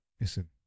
listen